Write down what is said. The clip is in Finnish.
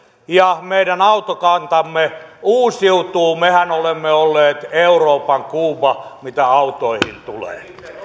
ja meidän autokantamme uusiutuu mehän olemme olleet euroopan kuuba mitä autoihin tulee